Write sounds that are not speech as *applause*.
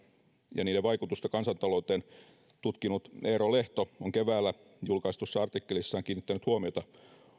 ja niiden vaikutusta kansantalouteen tutkinut eero lehto *unintelligible* on keväällä julkaistussa artikkelissaan kiinnittänyt huomiota